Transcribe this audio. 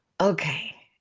Okay